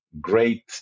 great